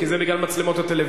כי זה בגלל מצלמות הטלוויזיה,